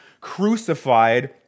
crucified